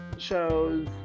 shows